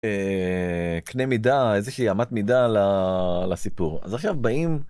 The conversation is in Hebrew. קנה מידה איזה שהיא אמת מידה על הסיפור, אז עכשיו באים.